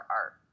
art